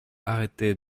arrêtés